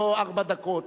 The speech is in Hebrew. ולא ארבע דקות,